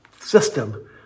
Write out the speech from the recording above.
system